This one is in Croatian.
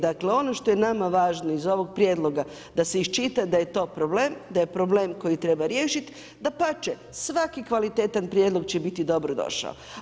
Dakle ono što je nama važno iz ovog prijedloga da se iščita da je to problem, da je problem koji treba riješit, dapače svaki kvalitetan prijedlog će biti dobrodošao.